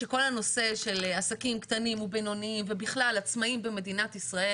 בואו ניתן לו להמשיך.